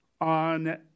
on